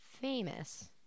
famous